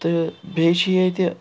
تہٕ بیٚیہِ چھِ ییٚتہِ